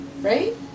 right